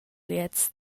gliez